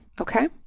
Okay